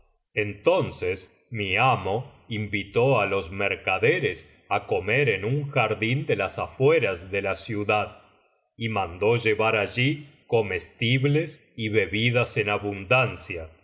entonces mi amo invitó á los mercaderes á comer en un jardín de las afueras de la ciudad y mandó llevar allí comestibles y bebidas en abundancia